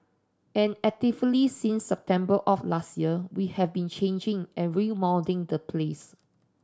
and actively since September of last year we have been changing and remoulding the place